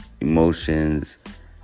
emotions